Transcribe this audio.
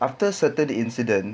after certain incidents